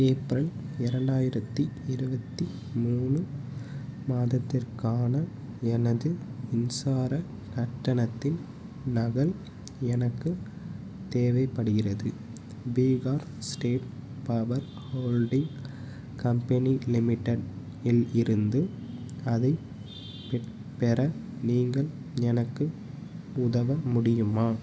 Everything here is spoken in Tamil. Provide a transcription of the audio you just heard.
ஏப்ரல் இரண்டாயிரத்தி இருபத்தி மூணு மாதத்திற்கான எனது மின்சாரக் கட்டணத்தின் நகல் எனக்குத் தேவைப்படுகிறது Bihar State Power Holding Company Limited இல் இருந்து அதைப் பெ பெற நீங்கள் எனக்கு உதவ முடியுமா